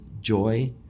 joy